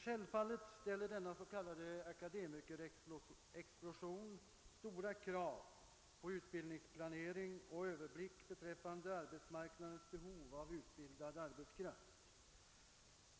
Självfallet ställer denna s.k. akademikerexplosion stora krav på utbild ningsplanering och överblick beträffande arbetsmarknadens behov av utbildad arbetskraft.